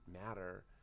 matter